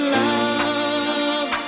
love